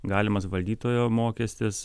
galimas valdytojo mokestis